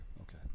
Okay